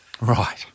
Right